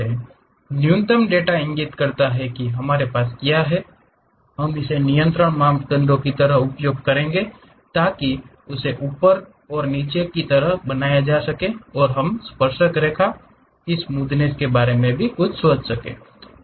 न्यूनतम डेटा इंगित करता है कि हमारे पास क्या है हम इसे नियंत्रण मापदंडों की तरह उपयोग करेंगे ताकि इसे ऊपर और नीचे की तरह बनाया जा सके और हमें स्पर्शक रेखा उनकी स्मूथ्नेस्स के बारे में भी कुछ चाहिए